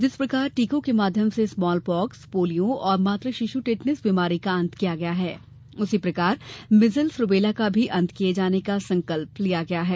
जिस प्रकार टीकों के माध्यम से स्मॉल पाक्स पोलियो और मातु शिश् टिटनेस बीमारी का अंत किया गया है उसी प्रकार मीजल्स रूबेला का भी अंत किये जाने का संकल्प लिया गया है